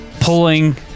pulling